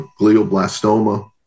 glioblastoma